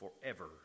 forever